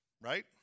Right